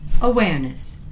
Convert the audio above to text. Awareness